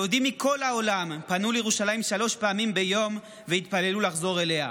יהודים מכל העולם פנו לירושלים שלוש פעמים ביום והתפללו לחזור אליה.